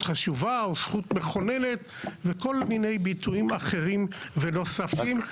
חשובה או זכות מכוננת וכל מיני ביטויים אחרים ונוספים.